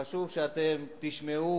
חשוב שאתם תשמעו,